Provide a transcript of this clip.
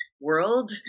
world